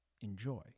Enjoy